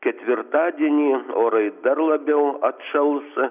ketvirtadienį orai dar labiau atšals